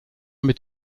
mit